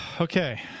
Okay